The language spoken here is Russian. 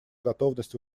готовность